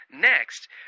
Next